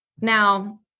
now